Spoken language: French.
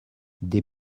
des